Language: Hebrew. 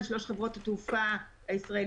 של שלוש חברות התעופה הישראליות,